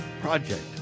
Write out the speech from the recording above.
project